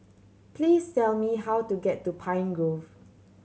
please tell me how to get to Pine Grove